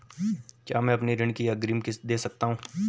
क्या मैं अपनी ऋण की अग्रिम किश्त दें सकता हूँ?